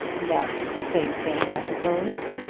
that's the same thing, i suppose?